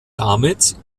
damit